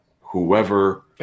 whoever